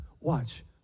watch